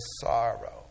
sorrow